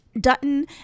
Dutton